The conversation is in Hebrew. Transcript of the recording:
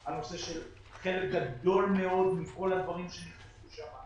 על הנושא של חלק גדול מאוד מכל הדברים שאמרת,